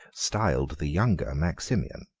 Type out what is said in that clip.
styled the younger maximian,